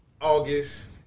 August